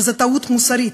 שזו טעות מוסרית,